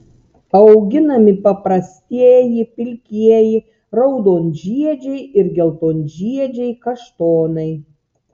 auginami paprastieji pilkieji raudonžiedžiai ir geltonžiedžiai kaštonai